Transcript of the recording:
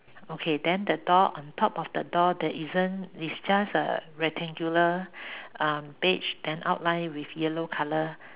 okay then the door on top of the door there isn't it's just a rectangular um beige then outline with yellow color